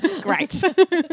Great